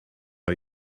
how